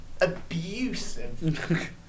abusive